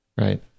Right